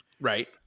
right